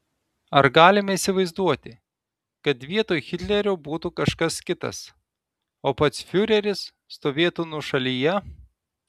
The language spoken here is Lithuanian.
ar galime įsivaizduoti kad vietoj hitlerio būtų kažkas kitas o pats fiureris stovėtų nuošalyje